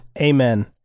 Amen